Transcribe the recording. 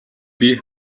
бие